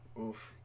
Oof